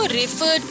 refer